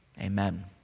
Amen